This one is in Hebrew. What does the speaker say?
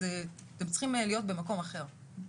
אז אתם צריכים להיות במקום אחר.